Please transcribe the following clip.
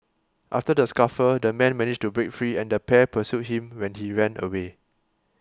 after the scuffle the man managed to break free and the pair pursued him when he ran away